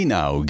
Now